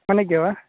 ಮನೆಗೆವಾ